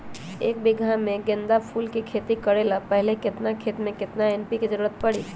एक बीघा में गेंदा फूल के खेती करे से पहले केतना खेत में केतना एन.पी.के के जरूरत परी?